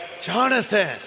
Jonathan